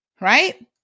right